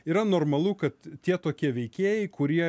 yra normalu kad tie tokie veikėjai kurie